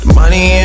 money